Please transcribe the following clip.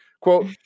Quote